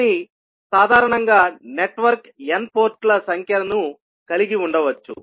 కానీ సాధారణంగా network n పోర్టుల సంఖ్యను కలిగి ఉండవచ్చు